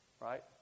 right